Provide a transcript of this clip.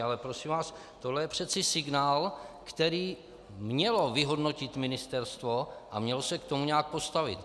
Ale prosím vás, tohle je přece signál, který mělo vyhodnotit ministerstvo a mělo se k tomu nějak postavit.